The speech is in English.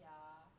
ya